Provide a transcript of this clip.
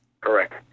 Correct